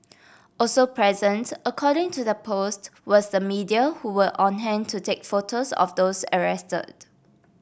also present according to the post was the media who were on hand to take photos of those arrested